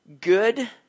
good